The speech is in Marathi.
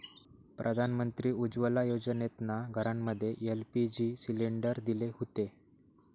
प्रधानमंत्री उज्ज्वला योजनेतना घरांमध्ये एल.पी.जी सिलेंडर दिले हुते